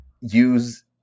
use